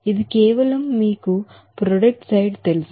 ఇది కేవలం మీకు ప్రొడక్ట్ సైడ్ తెలుసు